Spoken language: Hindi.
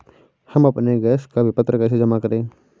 हम अपने गैस का विपत्र कैसे जमा करें?